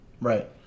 Right